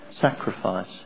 sacrifice